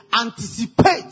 anticipate